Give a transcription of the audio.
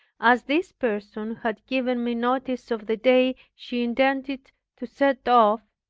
as this person had given me notice of the day she intended to set off,